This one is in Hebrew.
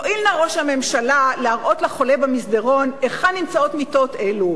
יואיל נא ראש הממשלה להראות לחולה במסדרון היכן נמצאות מיטות אלו,